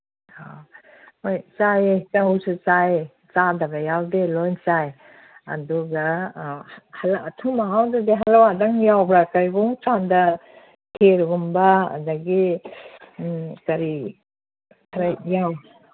ꯑ ꯍꯣꯏ ꯆꯥꯏꯌꯦ ꯆꯧꯁꯨ ꯆꯥꯏ ꯆꯥꯗꯕ ꯌꯥꯎꯗꯦ ꯂꯣꯏ ꯆꯥꯏ ꯑꯗꯨꯒ ꯑꯊꯨꯝ ꯑꯍꯥꯎꯗꯗꯤ ꯍꯂꯋꯥꯗꯪ ꯌꯥꯎꯕ꯭ꯔꯥ ꯀꯩꯒꯨꯝꯀꯥꯟꯗ ꯈꯦꯔꯒꯨꯝꯕ ꯑꯗꯒꯤ ꯀꯔꯤ ꯈꯔ